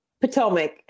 Potomac